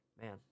Man